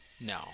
no